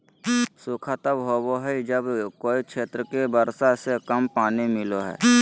सूखा तब होबो हइ जब कोय क्षेत्र के वर्षा से कम पानी मिलो हइ